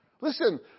Listen